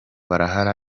barahari